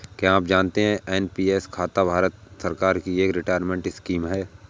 क्या आप जानते है एन.पी.एस खाता भारत सरकार की एक रिटायरमेंट स्कीम है?